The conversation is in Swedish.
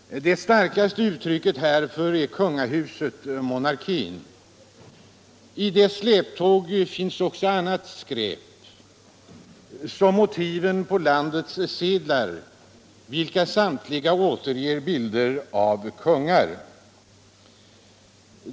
Det starkaste uttrycket härför är kungahuset — monarkin. I dess släptåg finns också annat skräp, som motiven på landets sedlar, vilka samtliga återger bilder av kungar.